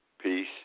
Peace